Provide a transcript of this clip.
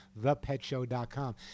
thepetshow.com